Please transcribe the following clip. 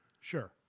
Sure